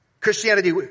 Christianity